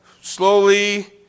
slowly